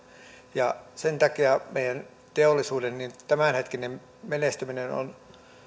sen takia meidän teollisuuden tämänhetkinen menestyminen on